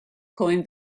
coined